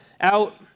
out